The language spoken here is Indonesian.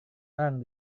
orang